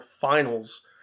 finals